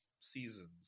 seasons